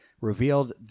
revealed